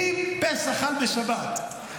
אם פסח חל בשבת,